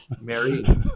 mary